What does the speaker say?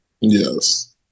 yes